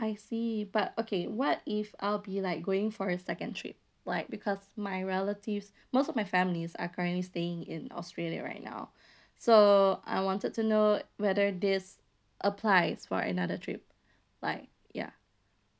I see but okay what if I'll be like going for a second trip like because my relatives most of my families are currently staying in australia right now so I wanted to know whether this applies for another trip like ya